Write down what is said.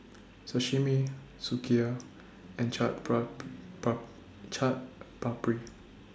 Sashimi Sukiya and Chaat Papri